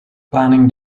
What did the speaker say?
planning